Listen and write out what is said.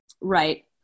Right